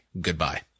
goodbye